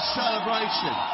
celebration